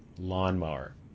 lawnmower